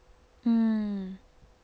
mm